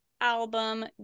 album